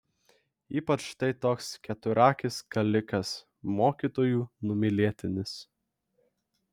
ypač štai toks keturakis kalikas mokytojų numylėtinis